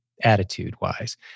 attitude-wise